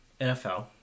NFL